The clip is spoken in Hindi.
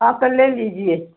आकर ले लीजिए